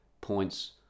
points